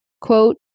quote